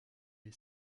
est